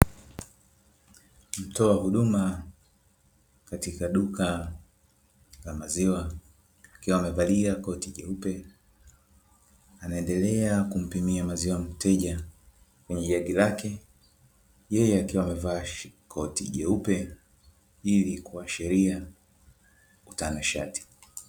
Mtoa huduma katika duka la maziwa akiwa amevalia koti jeupe, anaendelea kumpimia maziwa mteja kwenye jagi lake, yeye akiwa amevalia koti jeupe, ili kuashiria utanashati.